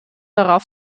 darauf